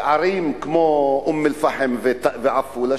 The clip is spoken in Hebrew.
ערים כמו אום-אל-פחם ועפולה,